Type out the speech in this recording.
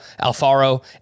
Alfaro